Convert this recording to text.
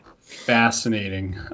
fascinating